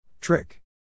Trick